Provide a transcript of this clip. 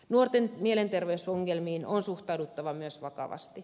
nuorten mielenterveysongelmiin on suhtauduttava myös vakavasti